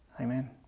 Amen